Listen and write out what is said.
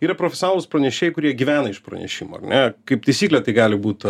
yra profesionalūs pranešėjai kurie gyvena iš pranešimų ar ne kaip taisyklė tai gali būt